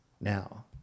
now